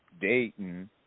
Dayton